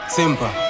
Simple